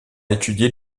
étudier